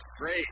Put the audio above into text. Great